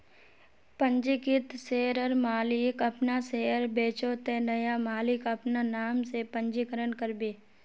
पंजीकृत शेयरर मालिक अपना शेयर बेचोह ते नया मालिक अपना नाम से पंजीकरण करबे